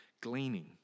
gleaning